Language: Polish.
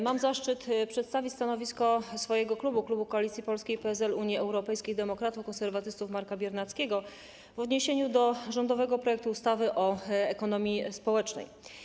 Mam zaszczyt przedstawić stanowisko swojego klubu, klubu Koalicji Polskiej - PSL, Unii Europejskich Demokratów, Konserwatystów Marka Biernackiego w odniesieniu do rządowego projektu ustawy o ekonomii społecznej.